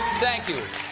thank you.